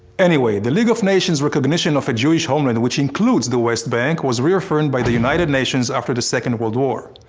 anyway, the league of nations' recognition of a jewish homeland which includes the west bank was reaffirmed by the united nations after the second world war.